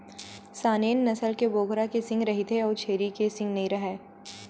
Saanen नसल के बोकरा के सींग रहिथे अउ छेरी के सींग नइ राहय